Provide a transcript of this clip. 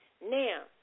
Now